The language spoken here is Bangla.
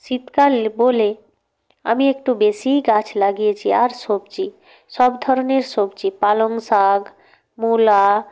শীতকাল বলে আমি একটু বেশিই গাছ লাগিয়েছি আর সবজি সব ধরনের সবজি পালং শাক মুলো